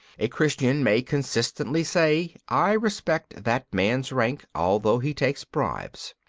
a christian may consistently say, i respect that man's rank, although he takes bribes.